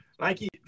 Nike